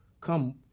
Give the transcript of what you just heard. come